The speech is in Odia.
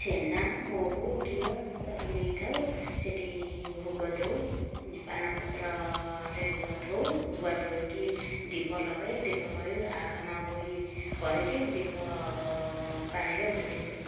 ଛେନା ମହୁ ଘିଅ ତାକୁ ନେଇଥାଉ ସେହିଠି ଭୋଗ ଦେଉ ପାନପତ୍ରରେ ଗୁଆ ଥୋଉ ଗୁଆ ଥୋଇକି ଦୀପ ଲଗାଉ ଦୀପ ଲଗାଇ ଆକାମାବୋଇ କହିକି ଦୀପ ପାଣିରେ ଭସାଇଦେଉ